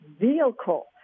vehicle